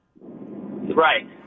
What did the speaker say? Right